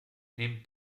nehmt